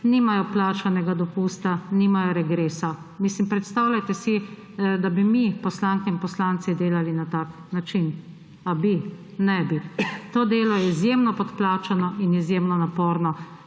nimajo plačanega dopusta, nimajo regresa. Predstavljajte si, da bi mi, poslanke in poslanci, delali na tak način. Ali bi? Ne bi. To delo je izjemno podplačano in izjemno naporno.